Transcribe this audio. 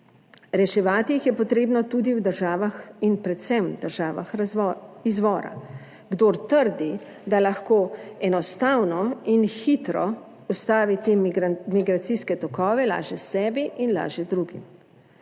Reševati jih je potrebno tudi v državah in predvsem v državah izvora. Kdor trdi, da lahko enostavno in hitro ustavi te migracijske tokove, laže sebi in laže drugim.